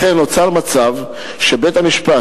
לכן נוצר מצב שבית-המשפט,